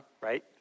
right